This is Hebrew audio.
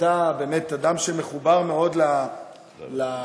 אתה באמת אדם שמחובר מאוד לשטח,